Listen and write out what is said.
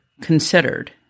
considered